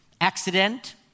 Accident